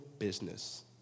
business